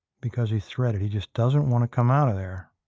because he threaded he just doesn't want to come out of there.